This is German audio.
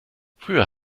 früher